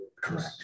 Correct